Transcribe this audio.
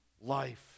life